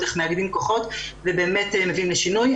איך מאגמים כוחות ובאמת מביאים לשינוי.